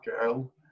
girl